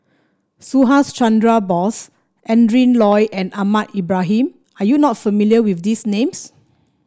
Subhas Chandra Bose Adrin Loi and Ahmad Ibrahim are you not familiar with these names